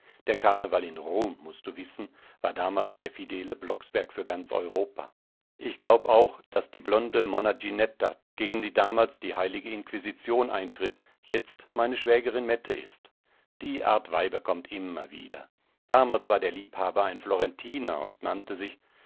der karneval in rom mußt du wissen war damals der fidele blocksberg für ganz europa ich glaub auch daß die blonde monna ginetta gegen die damals die heilige inquisition einschritt jetzt meine schwägerin mette ist die art weiber kommt immer wieder damals war der liebhaber ein florentiner und nannte sich